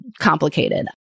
complicated